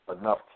enough